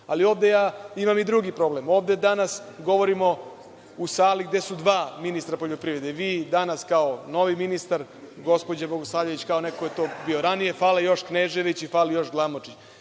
imam i drugi problem. Ovde danas govorimo u sali gde su dva ministra poljoprivrede, vi danas kao novi ministar, gospođa Bogosavljević kao neko ko je to bio ranije, fale još Knežević i fali još Glamočić.